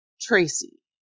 Tracy